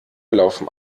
laufen